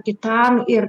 kitam ir